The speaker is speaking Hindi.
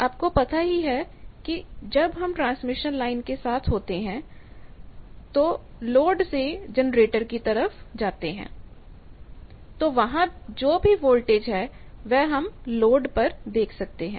आपको पता ही है कि जब हम ट्रांसमिशन लाइन के साथ होते हुए लोड से जनरेटर की तरफ जाते हैं तो वहां जो भी वोल्टेज है वह हम लोड पर देख सकते हैं